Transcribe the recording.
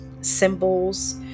symbols